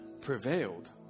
Prevailed